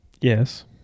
Yes